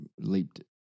leaped